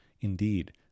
indeed